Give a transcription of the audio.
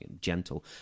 gentle